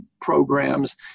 programs